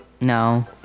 No